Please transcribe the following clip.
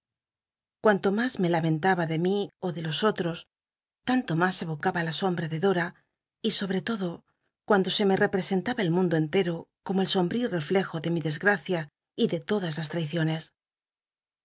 cuanto mas me lamentaba de mi ó de los otros tanto mas evocaba la sombl'a de dora y sobre todo cuando se me repre en laba el mundo entero como el sombrío reflejo de mi desgracia y de todas las traiciones